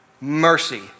mercy